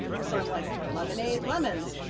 so, i'm like, lemonade, lemons.